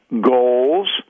goals